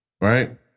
Right